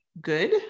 good